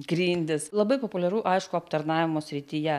grindis labai populiaru aišku aptarnavimo srityje